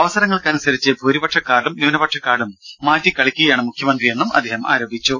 അവസരങ്ങൾക്കനുസരിച്ച് ഭൂരിപക്ഷ കാർഡും ന്യൂനപക്ഷ കാർഡും മാറ്റികളിക്കുകയാണ് മുഖ്യമന്ത്രിയെന്നും അദ്ദേഹം ആരോപിച്ചു